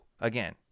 again